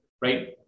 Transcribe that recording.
right